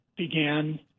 began